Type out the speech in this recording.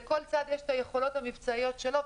לכל צד יש היכולות המבצעיות שלו,